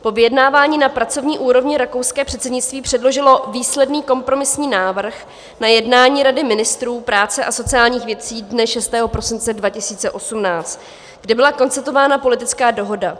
Po vyjednávání na pracovní úrovni rakouské předsednictví předložilo výsledný kompromisní návrh na jednání Rady ministrů práce a sociálních věcí dne 6. prosince 2018, kde byla konstatována politická dohoda.